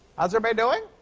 how's everybody doing?